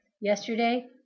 yesterday